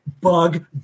Bug